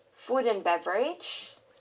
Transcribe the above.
food and beverage